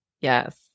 Yes